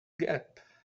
gap